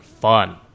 fun